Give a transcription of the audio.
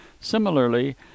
Similarly